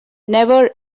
never